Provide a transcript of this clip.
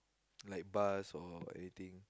like bars or anything